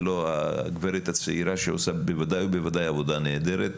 ולא הגברת הצעירה שעושה בוודאי ובוודאי עבודה נהדרת.